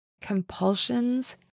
Compulsions